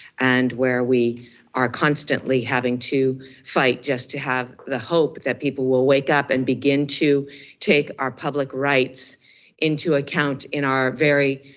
and where we are constantly having to fight just to have the hope that people will wake up and begin to take our public rights into account in our very,